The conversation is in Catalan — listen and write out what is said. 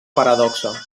paradoxa